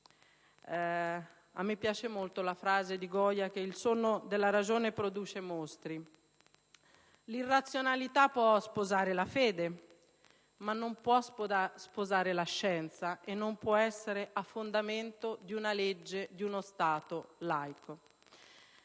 A me piace molto la frase di Goya «il sonno della ragione produce mostri». L'irrazionalità può sposare la fede, ma non può sposare la scienza e non può essere a fondamento di una legge di uno Stato laico.